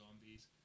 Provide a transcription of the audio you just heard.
zombies